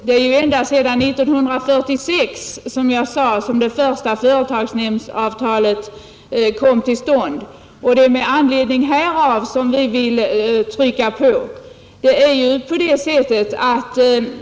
Redan 1946 kom, som jag sade, det första företagsnämndsavtalet till stånd, och det är med anledning därav som vi vill trycka på.